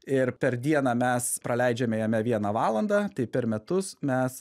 ir per dieną mes praleidžiame jame vieną valandą tai per metus mes